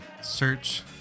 search